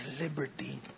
liberty